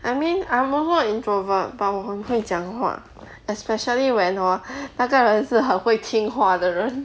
I mean I'm also an introvert but 我很会讲话 especially when hor 那个人是很会听话的人